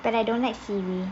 but I don't like siri